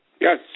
Yes